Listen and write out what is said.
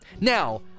Now